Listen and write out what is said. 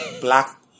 black